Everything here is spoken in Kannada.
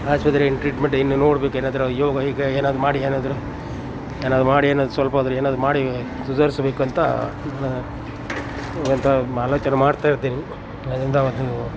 ಆಸ್ಪತ್ರೆ ಟ್ರೀಟ್ಮೆಂಟ್ ಇನ್ನು ನೋಡಬೇಕು ಏನಾದರು ಯೋಗ ಈಗ ಏನಾದರು ಮಾಡಿ ಏನಾದರು ಏನಾದರು ಮಾಡಿ ಏನಾದರು ಸ್ವಲ್ಪಾದರು ಏನಾದರು ಮಾಡಿ ಸುಧಾರಿಸ್ಬೇಕು ಅಂತ ಅಂತ ಆಲೋಚನೆ ಮಾಡ್ತಾ ಇರ್ತೀನಿ ಆದ್ದರಿಂದ ಅದು